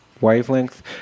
wavelength